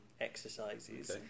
exercises